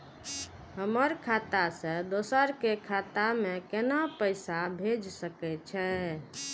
हमर खाता से दोसर के खाता में केना पैसा भेज सके छे?